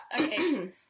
okay